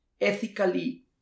ethically